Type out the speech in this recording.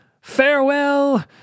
Farewell